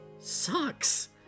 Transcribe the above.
sucks